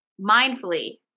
mindfully